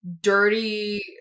dirty